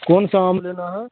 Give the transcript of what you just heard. کون سا آم لینا ہے